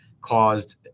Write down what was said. caused